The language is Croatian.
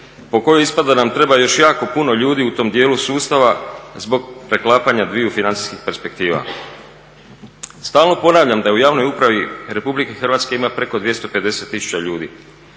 po kojoj ispada da nam treba još jako puno ljudi u tom djelu sustava zbog preklapanja dviju financijskih perspektiva. Stalno ponavljam da je u javnoj upravi Republike Hrvatske ima preko 250 tisuća ljudi